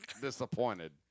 disappointed